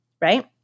right